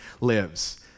lives